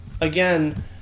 again